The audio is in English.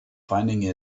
finding